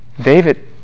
David